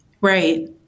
Right